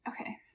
okay